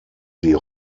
sie